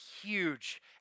huge